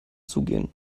zugehen